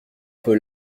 peu